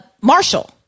Marshall